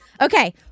Okay